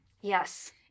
yes